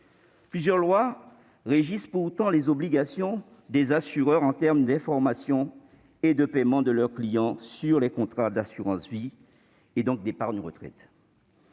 Plusieurs lois régissent pourtant les obligations des assureurs en termes d'information et de paiement de leurs clients s'agissant des contrats d'assurance-vie, et donc d'épargne retraite.